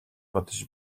бодож